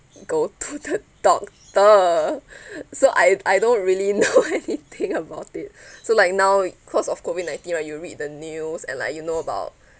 go to the doctor so I I don't really know anything about it so like now cause of COVID nineteen right you read the news and like you know about